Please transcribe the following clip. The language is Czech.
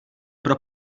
pro